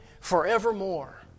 forevermore